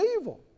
evil